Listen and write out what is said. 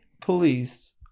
police